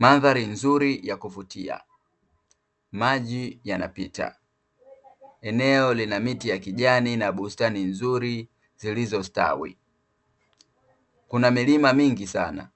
Mandhari nzuri ya kuvutia maji yanapita eneo lina miti ya kijani na bustani nzuri zilizostawi. Kuna milima mingi sana,